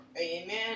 Amen